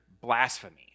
blasphemy